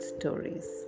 stories